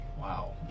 wow